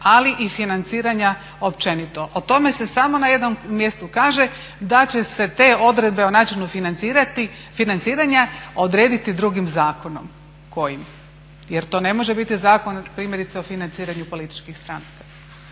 ali i financiranja općenito. O tome se samo na jednom mjestu kaže da će se te odredbe o načinu financiranja odrediti drugim zakonom. Kojim? Jer to ne može biti primjerice Zakon o financiranju političkih stranaka.